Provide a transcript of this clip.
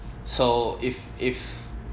so if if